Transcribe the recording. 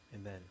Amen